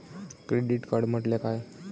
Credit card म्हटल्या काय?